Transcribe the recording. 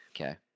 Okay